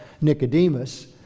Nicodemus